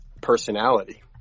personality